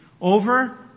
over